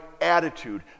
attitude